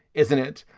isn't it?